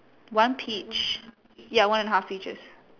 one peach ya one and a half peaches